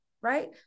right